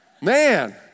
Man